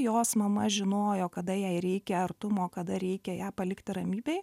jos mama žinojo kada jai reikia artumo kada reikia ją palikti ramybėj